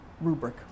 rubric